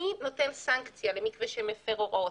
מי נותן סנקציה למקווה שמפר הוראות?